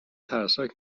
ترسناک